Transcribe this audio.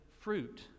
fruit